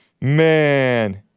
Man